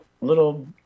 little